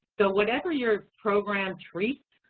but whatever your program treats,